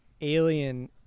Alien